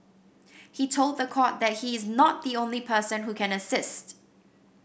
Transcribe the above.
he told the court that he is not the only person who can assist